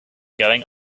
going